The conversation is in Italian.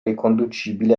riconducibile